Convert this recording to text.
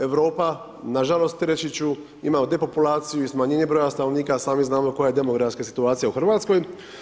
Europa, nažalost reći ću ima depopulaciju i smanjenje broja stanovnika, a sami znamo koja je demografska situacija u Hrvatskoj.